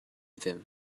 them